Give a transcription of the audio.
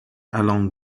along